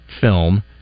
film